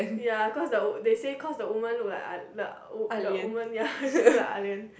ya cause the wo~ they say cause the women look like ah the women ya she look like ah lian